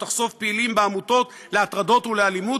תחשוף פעילים בעמותות להטרדות ולאלימות,